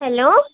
hello